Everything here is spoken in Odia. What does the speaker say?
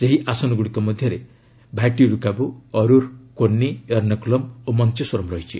ସେହି ଆସନଗୁଡ଼ିକ ମଧ୍ୟରେ ଭାଟିୟୁର୍କାବୁ ଅରୁର୍ କୋନ୍ସି ୟର୍ଷ୍ଣାକୁଲମ୍ ଓ ମଞ୍ଚେଶ୍ୱରମ୍ ରହିଛି